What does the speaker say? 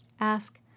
Ask